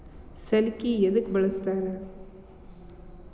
ಸಲಿಕೆ ಯದಕ್ ಬಳಸ್ತಾರ?